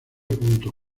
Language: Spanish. punto